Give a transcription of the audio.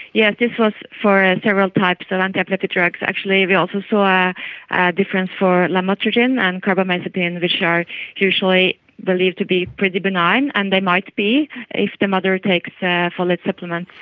yes, this was for several types of anti-epileptic drugs. actually we also saw a difference for lamotrigine and carbamazepine, which are usually believed to be pretty benign, and they might be if the mother takes yeah folate supplements.